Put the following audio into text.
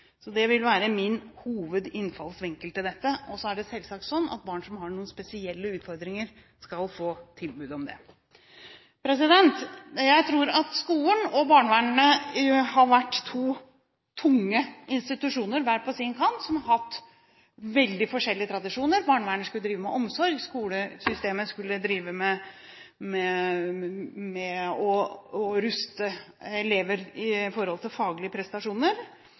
Så er det selvsagt sånn at barn som har spesielle utfordringer, skal få tilbud. Jeg tror at skolen og barnevernet har vært to tunge institusjoner som hver på sin kant har hatt veldig forskjellige tradisjoner. Barnevernet skulle drive med omsorg, skolesystemet skulle drive med å ruste elever til faglige prestasjoner.